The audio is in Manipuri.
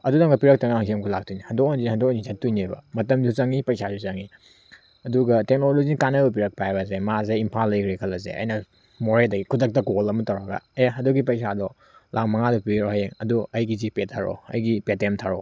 ꯑꯗꯨꯗ ꯑꯃꯨꯛ ꯄꯤꯔꯛꯇꯅ ꯑꯁꯤꯒ ꯑꯃꯨꯛ ꯂꯥꯛꯇꯣꯏꯅꯦ ꯍꯟꯗꯣꯛ ꯍꯟꯖꯤꯟ ꯍꯟꯗꯣꯛ ꯍꯟꯖꯤꯟ ꯆꯠꯇꯣꯏꯅꯦꯕ ꯃꯇꯝꯁꯨ ꯆꯪꯏ ꯄꯩꯁꯥꯁꯨ ꯆꯪꯏ ꯑꯗꯨꯒ ꯇꯦꯛꯅꯣꯂꯣꯖꯤꯅ ꯀꯥꯅꯕ ꯄꯤꯔꯛꯄ ꯍꯥꯏꯕꯁꯦ ꯃꯥꯁꯦ ꯏꯝꯐꯥꯜꯗ ꯂꯩꯈ꯭ꯔꯦ ꯈꯜꯂꯁꯦ ꯑꯩꯅ ꯃꯣꯔꯦꯗꯒꯤꯒꯤ ꯈꯨꯗꯛꯇ ꯀꯣꯜ ꯑꯃ ꯇꯧꯔꯒ ꯑꯦ ꯑꯗꯨꯒꯤ ꯄꯩꯁꯥꯗꯣ ꯂꯥꯛ ꯃꯉꯥꯗ ꯄꯤꯔꯣ ꯍꯌꯦꯡ ꯑꯗꯣ ꯑꯩꯒꯤ ꯖꯤꯄꯦꯗ ꯊꯔꯛꯑꯣ ꯑꯩꯒꯤ ꯄꯦ ꯇꯦꯝꯗ ꯊꯔꯛꯑꯣ